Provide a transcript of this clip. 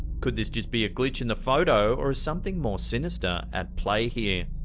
could this just be a glitch in the photo, or is something more sinister at play here?